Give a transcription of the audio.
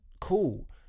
cool